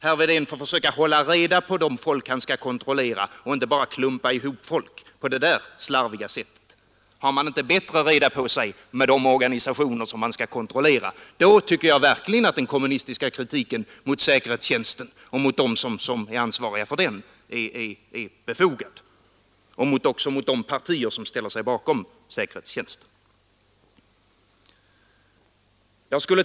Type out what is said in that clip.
Herr Wedén får försöka hålla reda på dem han skall kontrollera och inte bara klumpa ihop folk på det där slarviga sättet. Har man inte bättre reda på sig när det gäller de organisationer som man skall kontrollera, då tycker jag verkligen att den kommunistiska kritiken mot för den — och också mot de partier som ställer sig bakom säkerhetstjänsten — är befogad.